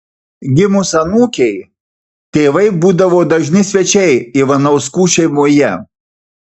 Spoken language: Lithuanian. gimus anūkei tėvai būdavo dažni svečiai ivanauskų šeimoje